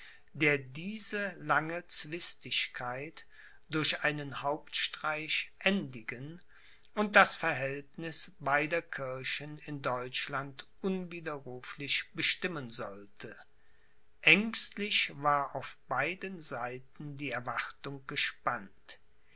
der diese lange zwistigkeit durch einen hauptstreich endigen und das verhältniß beider kirchen in deutschland unwiderruflich bestimmen sollte aengstlich war auf beiden seiten die erwartung gespannt